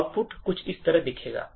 output कुछ इस तरह दिखेगा